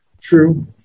True